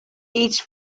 each